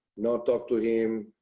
not talk to him,